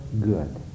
good